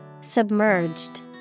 Submerged